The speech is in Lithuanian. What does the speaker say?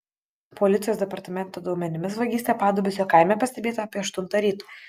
policijos departamento duomenimis vagystė padubysio kaime pastebėta apie aštuntą ryto